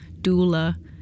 doula